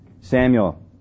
Samuel